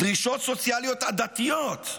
דרישות סוציאליות עדתיות,